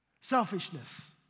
Selfishness